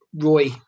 Roy